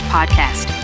Podcast